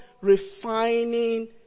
refining